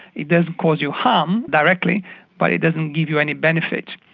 it doesn't cause you harm directly but it doesn't give you any benefit.